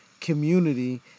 community